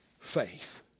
faith